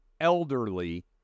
elderly